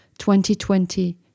2020